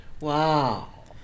Wow